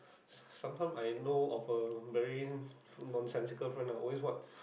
some~ sometimes I know of a very nonsensical friend ah always what